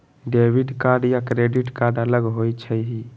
Debit card या credit card अलग होईछ ई?